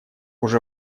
уже